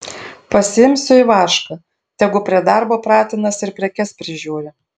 pasiimsiu ivašką tegu prie darbo pratinasi ir prekes prižiūri